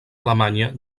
alemanya